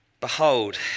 Behold